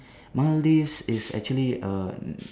Maldives is actually a